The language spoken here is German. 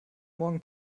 morgen